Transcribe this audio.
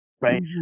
right